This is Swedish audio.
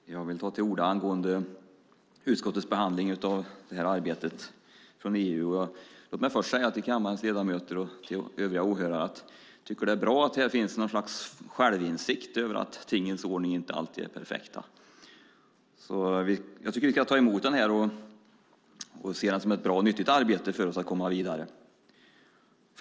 Fru talman! Jag vill ta till orda angående utskottets behandling av det här meddelandet från EU. Låt mig först säga till kammarens ledamöter och till övriga åhörare att jag tycker att det är bra att här finns någon slags självinsikt i att tingens ordning inte alltid är perfekt. Jag tycker att vi ska ta emot detta och se det som ett bra och nyttigt arbete för oss för att komma vidare.